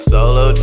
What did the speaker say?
Solo